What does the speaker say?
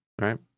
right